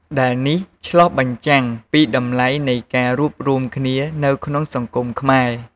ដែលនេះឆ្លុះបញ្ចាំងពីតម្លៃនៃការរួបរួមគ្នានៅក្នុងសង្គមខ្មែរ។